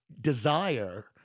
desire